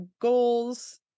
goals